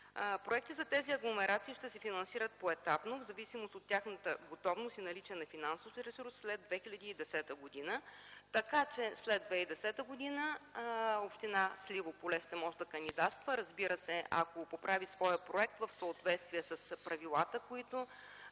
Проектът за тези агломерации ще се финансира поетапно в зависимост от тяхната готовност и наличие на финансов ресурс след 2010 г. Така че след 2010 г. община Сливо поле ще може да кандидатства. Разбира се, ако поправи своя проект в съответствие с правилата, които